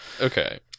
Okay